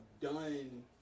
done